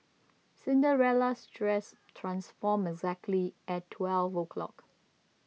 Cinderella's dress transformed exactly at twelve o'clock